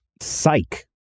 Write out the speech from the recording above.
Psych